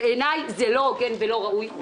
בעיניי זה לא הוגן ולא ראוי.